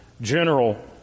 general